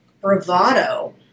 bravado